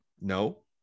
No